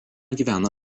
gyvena